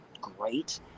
great